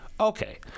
Okay